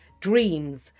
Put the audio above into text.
dreams